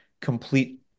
complete